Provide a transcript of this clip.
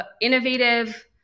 innovative